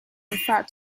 fat